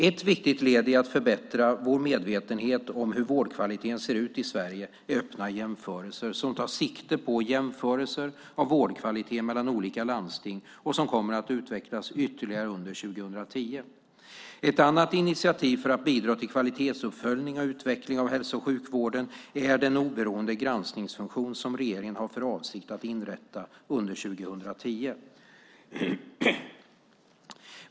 Ett viktigt led i att förbättra vår medvetenhet om hur vårdkvaliteten ser i ut i Sverige är rapporten Öppna jämförelser som tar sikte på jämförelser av vårdkvalitet mellan olika landsting och som kommer att utvecklas ytterligare under 2010. Ett annat initiativ för att bidra till kvalitetsuppföljning och kvalitetsutveckling av hälso och sjukvården är den oberoende granskningsfunktion som regeringen har för avsikt att inrätta under 2010.